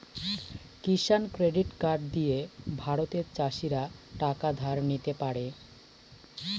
কিষান credit card দিয়ে ভারতের চাষীরা টাকা ধার নিতে পারে